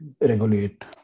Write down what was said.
regulate